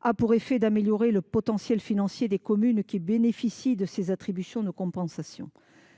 a pour effet d’améliorer le potentiel financier des communes bénéficiant de ces attributions de compensation.